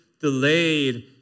delayed